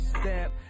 step